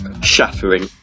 shattering